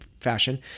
fashion